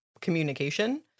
communication